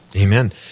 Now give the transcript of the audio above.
Amen